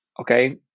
Okay